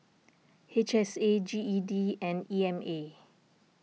H S A G E D and E M A